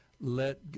let